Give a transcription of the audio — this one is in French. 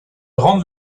rendent